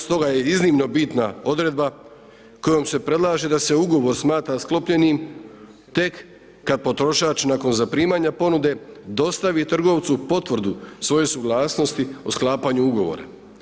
Stoga je iznimno bitna odredba, kojom se predlaže da se ugovor smatra sklopljenim tek kada potrošač nakon zaprimanja ponude dostavi trgovcu potvrdu svoje suglasnosti o sklapanju ugovora.